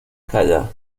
calla